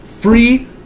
Free